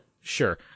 Sure